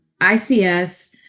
ICS